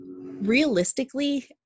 realistically